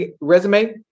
Resume